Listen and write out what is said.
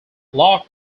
lock